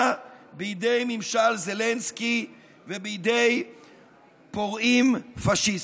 בידי ממשל זלנסקי ובידי פורעים פשיסטים.